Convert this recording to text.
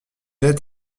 est